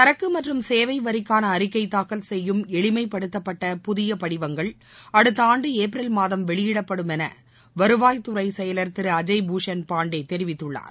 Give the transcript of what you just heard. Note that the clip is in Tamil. சரக்கு மற்றும் சேவை வரிக்கான அறிக்கை தாக்கல் செய்யும் எளிமைப்படுத்தப்பட்ட புதிய படிவங்கள் அடுத்த ஆண்டு ஏப்ரல் மாதம் வெளியிடப்படும் என வருவாய்த்துறை செயலர் திரு அஜய்பூஷன் பாண்டே தெரிவித்துள்ளார்